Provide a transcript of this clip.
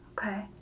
Okay